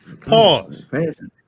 Pause